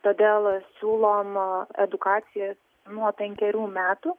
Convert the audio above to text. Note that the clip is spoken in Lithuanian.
todėl siūlom edukacijas nuo penkerių metų